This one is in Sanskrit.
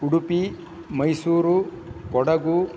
उडुपि मैसूरु कोडगु